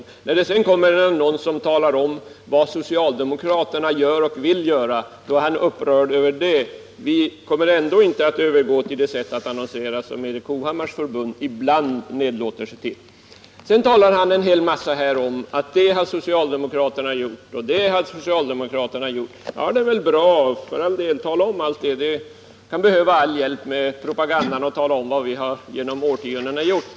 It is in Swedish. Men när det sedan kommer en annons som talar om vad socialdemokraterna gör och vill göra är Erik Hovhammar upprörd över det. Vi kommer ändå inte att övergå till det sätt att annonsera som Erik Hovhammars förbund ibland nedlåter sig till. Vidare uppehåller sig Erik Hovhammar en hel del vid att säga att det och det har socialdemokraterna gjort. Ja, det är bra att han säger det. Vi kan behöva all hjälp med propagandan och med att tala om allt som vi under årtionden gjort.